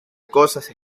cosas